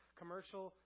commercial